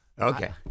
Okay